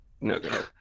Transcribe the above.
No